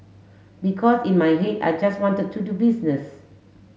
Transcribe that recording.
because in my head I just wanted to do business